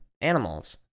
animals